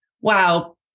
Wow